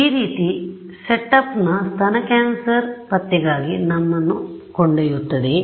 ಈ ರೀತಿಯ set up ಸ್ತನ ಕ್ಯಾನ್ಸರ್ ಪತ್ತೆಗಾಗಿ ನಮ್ಮನ್ನು ಕೊಂಡೊಯ್ಯುತ್ತದೆ